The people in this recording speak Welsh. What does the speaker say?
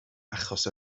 achos